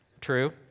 True